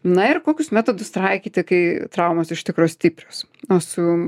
na ir kokius metodus traikyti kai traumos iš tikro stiprios o su